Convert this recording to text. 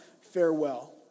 farewell